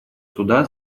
суда